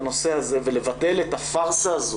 בנושא הזה ולבטל את הפארסה הזו.